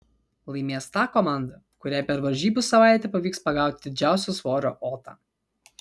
laimės ta komanda kuriai per varžybų savaitę pavyks pagauti didžiausio svorio otą